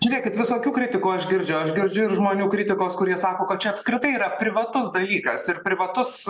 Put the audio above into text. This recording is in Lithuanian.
žiūrėkit visokių kritikų aš girdžiu aš girdžiu ir žmonių kritikos kurie sako kad čia apskritai yra privatus dalykas ir privatus